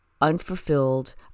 unfulfilled